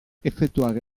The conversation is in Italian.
effettuare